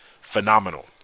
phenomenal